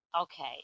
Okay